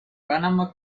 panama